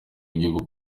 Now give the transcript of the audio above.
w’igihugu